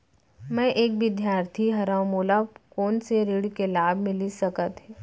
मैं एक विद्यार्थी हरव, मोला कोन से ऋण के लाभ मिलिस सकत हे?